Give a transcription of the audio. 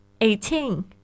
Eighteen